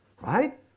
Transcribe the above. right